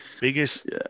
biggest